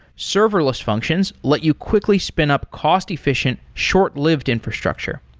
serverless functions let you quickly spin up cost-efficient, short-lived infrastructure.